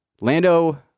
Lando